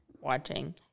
watching